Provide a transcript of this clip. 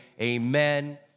amen